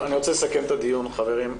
אני רוצה לסכם את הדיון, חברים.